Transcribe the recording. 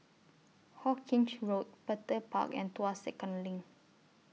Hawkinge Road Petir Park and Tuas Second LINK